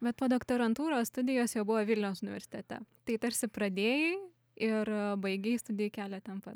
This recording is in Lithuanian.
bet po doktorantūros studijos jau buvo vilniaus universitete tai tarsi pradėjai ir baigei studijų kelią ten pat